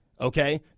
Okay